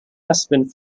husband